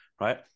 Right